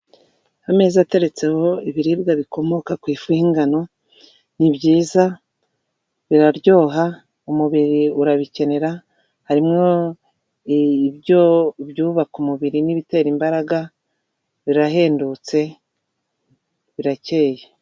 Ameza ateretseho ibiribwa bikomoka k'ifu y'ingano nibyiza biraryoha, umubiri urabikenera, harimo ibyubaka umubiri n'ibitera imbaraga birahendutse birakewe.